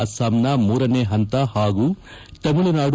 ಅಸ್ಸಾಂನ ಮೂರನೇ ಹಂತ ಹಾಗೂ ತಮಿಳುನಾದು